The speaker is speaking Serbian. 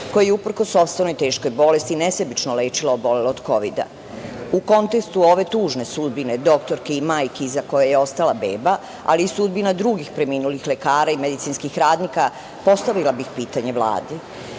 koja je uprkos teškoj bolesti nesebično lečila obolele od kovida. U kontekstu ove tužne sudbine doktorke i majke iza koje je ostala beba, ali i sudbina drugih preminulih lekara i medicinskih radnika postavila bih pitanje Vladi